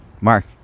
Mark